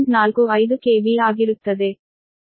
45 KV ಆಗಿರುತ್ತದೆ